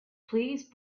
please